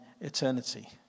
eternity